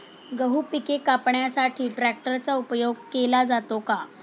गहू पिके कापण्यासाठी ट्रॅक्टरचा उपयोग केला जातो का?